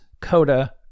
coda